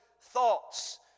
thoughts